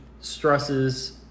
stresses